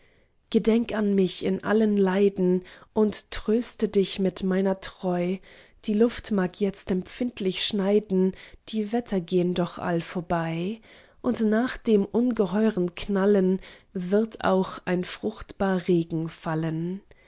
gedenk an mich in allem leiden und tröste dich mit meiner treu die luft mag jetzt empfindlich schneiden die wetter gehn doch all vorbei und nach dem ungeheuren knallen wird auch ein fruchtbar regen fallen